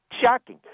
shocking